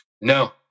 No